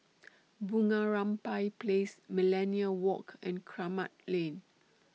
Bunga Rampai Place Millenia Walk and Kramat Lane